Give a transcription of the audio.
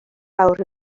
awr